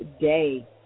day